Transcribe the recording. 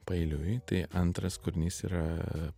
paeiliui tai antras kūrinys yra